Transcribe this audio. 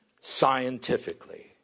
scientifically